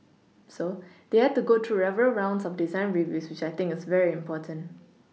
so they had to go through several rounds of design reviews which I think is very important